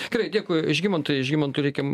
gerai dėkui žygimantui žymantui reikia